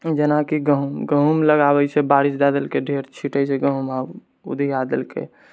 जेनाकि गहुँम गहुँम लगाबै छै बारिश धऽ देलकै ढेर छिटै छै गहुँम आओर उधिया देलकै